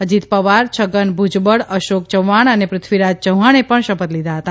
અજીત પવાર છગન ભૂજબળ અશોક ચવ્હાણ અને પૃથ્વીરાજ ચૌહાણે પણ શપથ લીધા હતા